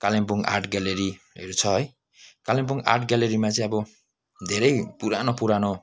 Kalimpong art ग्यालेरीहरू छ है कालिम्पोङ आर्ट ग्यालेरीमा चाहिँ अब धेरै पुरानो पुरानो